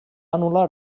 anul·lar